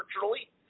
virtually